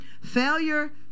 failure